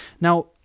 now